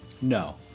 no